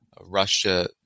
russia